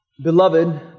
Beloved